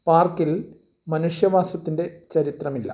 പാർക്കിൽ മനുഷ്യവാസത്തിൻ്റെ ചരിത്രമില്ല